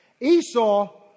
Esau